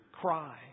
cry